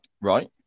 Right